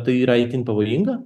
tai yra itin pavojinga